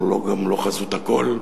אבל הוא גם לא חזות הכול.